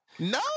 No